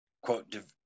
quote